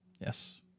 Yes